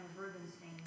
Rubenstein